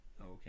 Okay